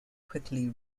quickly